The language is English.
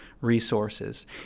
resources